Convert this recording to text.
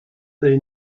they